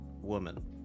woman